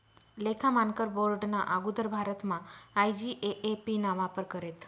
लेखा मानकर बोर्डना आगुदर भारतमा आय.जी.ए.ए.पी ना वापर करेत